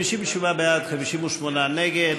57 בעד, 58 נגד.